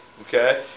Okay